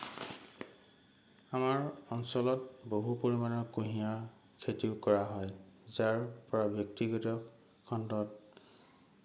আমাৰ অঞ্চলত বহুত পৰিমাণৰ কুঁহিয়াৰৰ খেতিও কৰা হয় যাৰ পৰা ব্যক্তিগত খণ্ডত